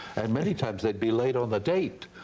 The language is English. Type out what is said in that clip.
and may times they'd be late on the date.